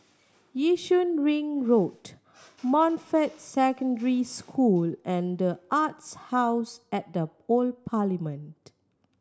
Yishun Ring Road Montfort Secondary School and The Arts House at the Old Parliament